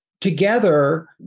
together